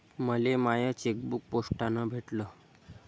मले माय चेकबुक पोस्टानं भेटल